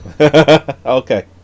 Okay